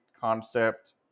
concept